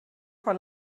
vor